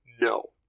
No